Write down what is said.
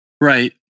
Right